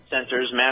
centers